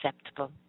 acceptable